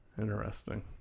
Interesting